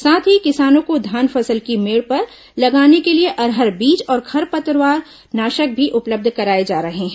साथ ही किसानों को धान फसल की मेंढ़ पर लगाने के लिए अरहर बीज और खरपतवार नाशक भी उपलब्ध कराए जा रहे हैं